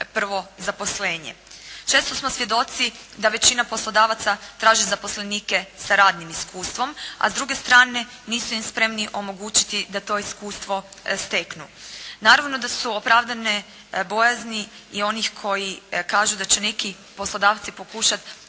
prvo zaposlenje. Često smo svjedoci da većina poslodavaca traže zaposlenike sa radnim iskustvom, a s druge strane nisu im spremni omogućiti da to iskustvo steknu. Naravno da su opravdane bojazni i onih koji kaže da će neki poslodavci pokušat